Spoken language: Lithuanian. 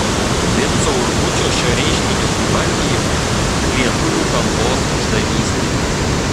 vinco urbučio šio reiškinio įvardijimu lietuvių kalbos išdavystė